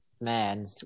Man